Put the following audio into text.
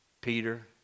Peter